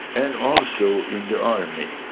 and also in the army,